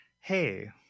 hey